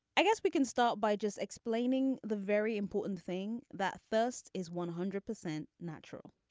i guess we can start by just explaining the very important thing that first is one hundred percent natural.